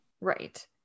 Right